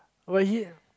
why he